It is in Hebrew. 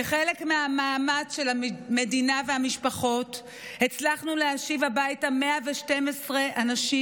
כחלק מהמאמץ של המדינה והמשפחות הצלחנו להשיב הביתה 112 אנשים,